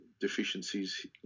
deficiencies